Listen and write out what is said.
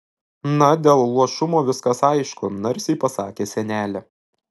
na dėl luošumo viskas aišku narsiai pasakė senelė